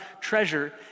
treasure